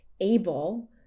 able